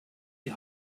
die